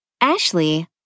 Ashley